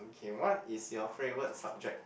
okay what is your favourite subject